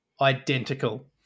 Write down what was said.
identical